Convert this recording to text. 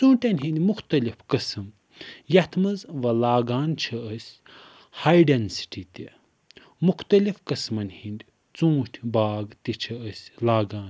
ژوٗنٛٹھٮ۪ن ہٕنٛدۍ مُختٔلِف قٔسٕم یَتھ منٛز لاگان چھِ أسۍ ہاے ڈینسٹی تہِ مُختٔلِف قٔسمَن ہٕنٛدۍ ژوٗنٛٹھۍ باغ تہِ چھِ أسۍ لاگان